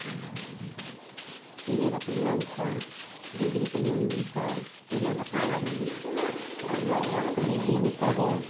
किनेर पनि लान्छ बिक्री पनि हुन्छ तिनीहरूलाई पनि दिनु तिनीहरूलाई पनि दिनु पर्यो